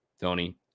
Tony